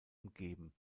umgeben